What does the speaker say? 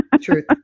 Truth